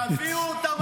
תחזירו אותם הביתה.